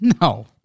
No